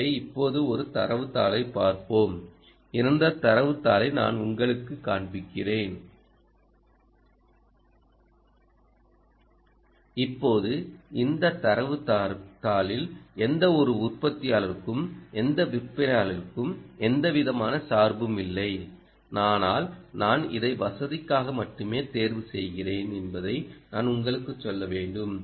எனவே இப்போது ஒரு தரவுத் தாளைப் பார்ப்போம் இந்த தரவுத் தாளை நான் உங்களுக்குக் காண்பிக்கிறேன் இப்போது இந்த தரவுத் தாளில் எந்தவொரு உற்பத்தியாளருக்கும் எந்த விற்பனையாளருக்கும் எந்தவிதமான சார்பும் இல்லை ஆனால் நான் இதை வசதிக்காக மட்டுமே தேர்வு செய்கிறேன் என்பதை நான் உங்களுக்குச் சொல்ல வேண்டும்